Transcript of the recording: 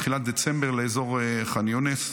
בתחילת דצמבר לאזור ח'אן יונס.